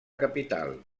capital